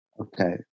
Okay